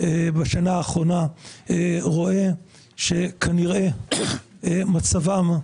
בשנה האחרונה רואה שכנראה מצבן,